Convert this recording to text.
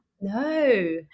No